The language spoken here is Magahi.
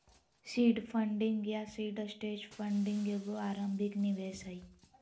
सीड फंडिंग या सीड स्टेज फंडिंग एगो आरंभिक निवेश हइ